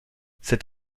cet